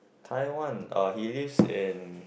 Taiwan uh he lives in